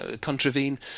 contravene